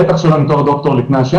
בטח לא עם תואר דוקטור לפני השם